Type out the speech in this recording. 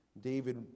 David